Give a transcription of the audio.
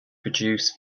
produce